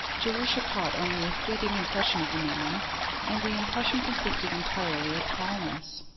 jerusha caught only a fleeting impression of the man and the impression consisted entirely of tallness.